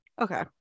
okay